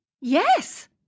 Yes